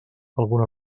alguna